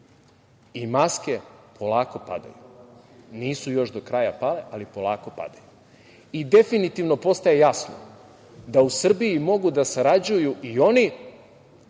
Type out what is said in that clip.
i maske polako padaju. Nisu još do kraja pale, ali polako padaju. Definitivno postaje jasno da u Srbiji mogu da sarađuju i oni